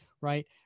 right